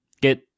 get